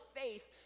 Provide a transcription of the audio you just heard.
faith